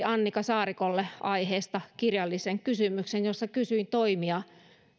annika saarikolle aiheesta kirjallisen kysymyksen jossa kysyin toimia